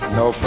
no